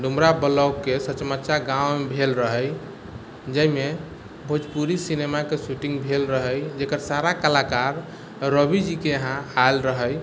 डुमरा ब्लाकके सचमचा गाँवमे भेल रहै जाहिमे भोजपुरी सिनेमाके शूटिंग भेल रहै जेकर सारा कलाकार रवि जीके यहाँ आयल रहै